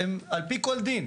על פי כל דין,